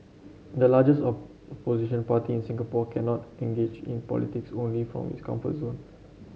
the largest opposition party in Singapore cannot engage in politics only from its comfort zone